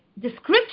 description